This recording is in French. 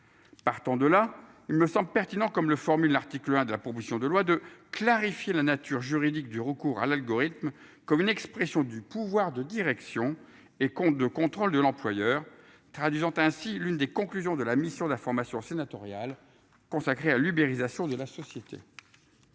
Partant de là, il me semble pertinent, comme le formule l'article 1 de la proposition de loi de clarifier la nature juridique du recours à l'algorithme comme une expression du pouvoir de direction et compte de contrôle de l'employeur, traduisant ainsi l'une des conclusions de la mission d'information sénatoriale consacrée à l'uberisation de la société.